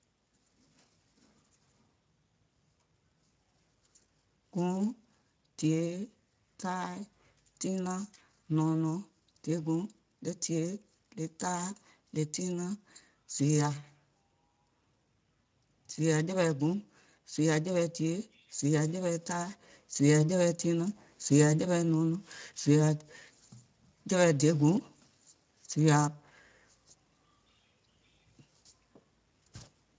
Guùŋ, tìyèi, taai, tiinȧŋ, nɔ̀ɔ̀nɔ̀ŋ, dièguùŋ, letìyèe, letaai, letiinàŋ, è zììyà, zììyà jɛ̀wɛ̀ guùŋ, zììyà jɛ̀wɛ̀ tìyèe, zììyà jɛ̀wɛ̀ taai, zììyà jɛ̀wɛ̀ tiinȧŋ, zììyà jɛ̀wɛ̀ nɔɔnɔŋ, zììyà jɛ̀wɛ̀ dieguùŋ, zììyà.